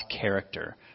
character